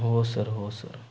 हो सर हो सर